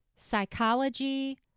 psychology